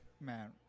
Man